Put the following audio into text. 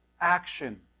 action